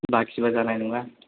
बाखिबा जानाय नङा